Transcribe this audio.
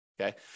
Okay